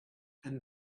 and